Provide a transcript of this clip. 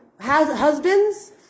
husbands